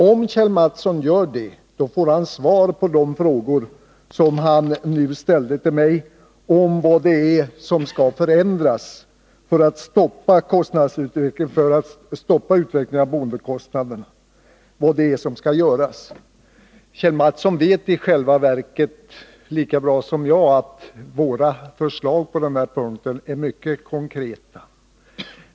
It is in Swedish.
Om Kjell Mattsson gör det får han svar på de frågor som han nu ställde till mig om vad det är som skall förändras och göras för att man skall stoppa utvecklingen av boendekostnader. Kjell Mattsson vet i själva verket lika bra som jag att våra förslag på den punkten är mycket konkreta.